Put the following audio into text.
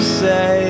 say